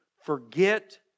Forget